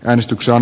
äänestyksen